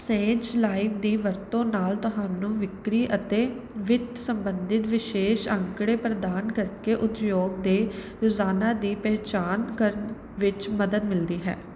ਸੇਜ ਲਾਈਵ ਦੀ ਵਰਤੋਂ ਨਾਲ ਤੁਹਾਨੂੰ ਵਿਕਰੀ ਅਤੇ ਵਿੱਤ ਸਬੰਧੀ ਵਿਸ਼ੇਸ਼ ਅੰਕੜੇ ਪ੍ਰਦਾਨ ਕਰਕੇ ਉਦਯੋਗ ਦੇ ਰੁਝਾਨਾਂ ਦੀ ਪਹਿਚਾਣ ਕਰਨ ਵਿੱਚ ਮਦਦ ਮਿਲਦੀ ਹੈ